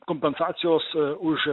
kompensacijos už